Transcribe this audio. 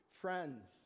friends